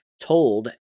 told